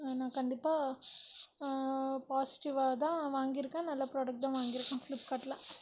நான் கண்டிப்பாக பாசிடிவ்வாகதான் வாங்கியிருக்கேன் நல்ல ஃப்ராடக்ட் தான் வாங்கியிருக்கேன் ஃப்ளிப்கார்ட்டில்